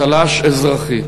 צל"ש אזרחי.